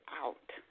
out